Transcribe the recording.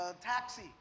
taxi